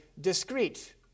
discrete